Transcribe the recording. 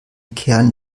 kern